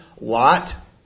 Lot